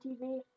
TV